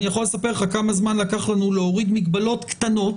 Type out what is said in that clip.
אני יכול לספר לך כמה זמן לקח לנו להוריד מגבלות קטנות